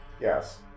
yes